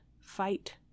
fight